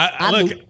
Look